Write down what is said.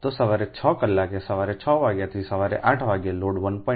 તો સવારે 6 કલાકે સવારે 6 વાગ્યાથી સવારે 8 વાગ્યે લોડ 1